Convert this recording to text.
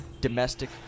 domestic